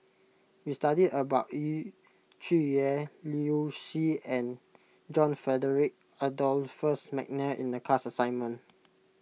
we studied about Yu Zhuye Liu Si and John Frederick Adolphus McNair in the class assignment